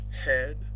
head